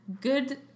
Good